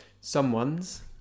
someone's